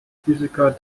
physiker